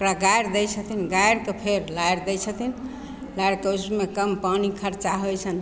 ओकरा गारि दै छथिन गारि कऽ फेर लारि दै छथिन लारि कऽ उसमे कम पानि खर्चा होइ छनि